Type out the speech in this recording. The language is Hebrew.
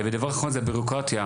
ודבר אחרון זה בירוקרטיה,